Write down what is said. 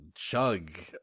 chug